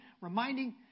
reminding